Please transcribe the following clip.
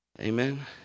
Amen